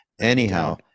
anyhow